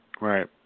Right